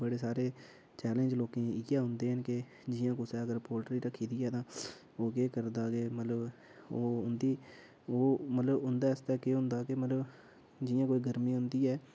बड़े सारे चैलेन्ज लोकें गी इयै ओंदे न के जियां कुसै अगर पोल्ट्री रक्खी दी ऐ तां ओह् केह् करदा के मतलब ओह् उं'दी ओह् मतलब उं'दे आस्तै केह् होंदा कि मतलब जियां कोई गर्मी होंदी ऐ